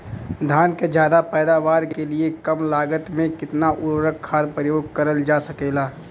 धान क ज्यादा पैदावार के लिए कम लागत में कितना उर्वरक खाद प्रयोग करल जा सकेला?